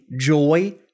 joy